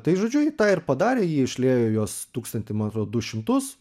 tai žodžiu ji tą ir padarė ji išliejo juos tūkstantį man atrodo du šimtus